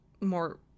more